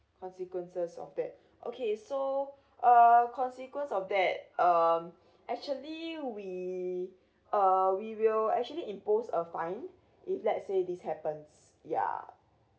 consequences of that okay so uh consequence of that um actually we uh we will actually impose a fine if let's say this happens yeah